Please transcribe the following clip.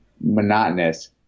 monotonous